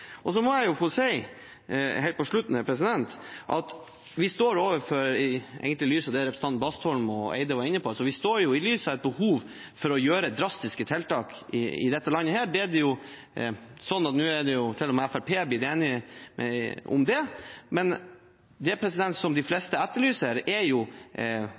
grunn? Så må jeg få si helt på slutten, i lys av det representantene Bastholm og Barth Eide var inne på, at vi står overfor et behov for å gjøre drastiske tiltak i dette landet. Nå har jo til og med Fremskrittspartiet blitt enig i det. Men det som de fleste etterlyser, er jo